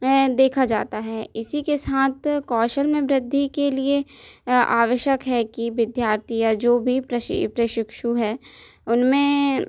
में देखा जाता है इसीके साथ कौशल में वृद्धि के लिए आवश्यक है कि विद्यार्थी या जो भी प्रशि प्रशिक्षु है उनमें